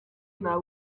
nta